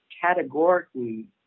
categorically